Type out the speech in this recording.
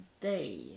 day